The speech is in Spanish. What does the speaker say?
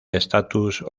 estatus